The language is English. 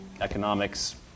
economics